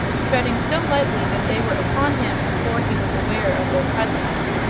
treading so lightly that they were upon him before he was aware of their presence.